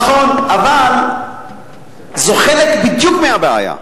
נכון, אבל זה בדיוק חלק מהבעיה.